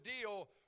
deal